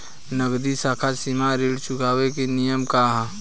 नगदी साख सीमा ऋण चुकावे के नियम का ह?